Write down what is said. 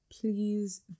please